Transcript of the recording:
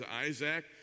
Isaac